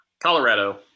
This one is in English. Colorado